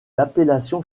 l’appellation